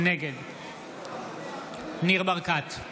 נגד ניר ברקת,